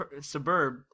suburb